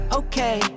okay